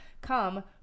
come